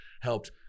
helped